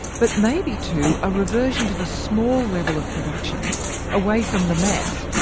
but maybe to a reversion to the small level of production away from the mass,